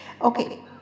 Okay